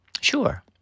Sure